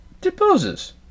deposes